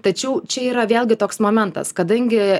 tačiau čia yra vėlgi toks momentas kadangi